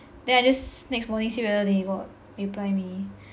then I just next morning see whether they got reply me